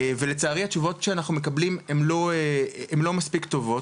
לצערי התשובות שאנחנו מקבלים הן לא מספיק טובות,